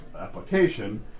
application